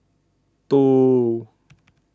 two